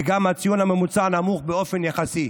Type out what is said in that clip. וגם הציון הממוצע נמוך באופן יחסי.